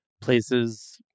places